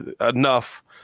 enough